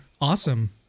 awesome